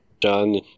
John